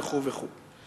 וכו' וכו'.